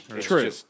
True